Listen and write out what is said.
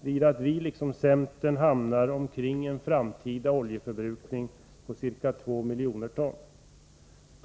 blir att vi liksom centern hamnar vid en framtida kolförbrukning på ca 2 miljoner ton.